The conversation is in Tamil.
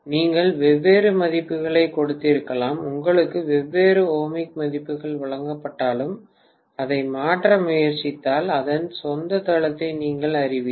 நீங்கள் வெவ்வேறு மதிப்புகளைக் கொடுத்திருக்கலாம் உங்களுக்கு வெவ்வேறு ஓமிக் மதிப்புகள் வழங்கப்பட்டாலும் அதை மாற்ற முயற்சித்தால் அதன் சொந்த தளத்தை நீங்கள் அறிவீர்கள்